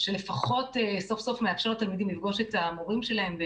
שלפחות סוף סוף מאפשרת לתלמידים לפגוש את המורים שלהם.